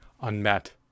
unmet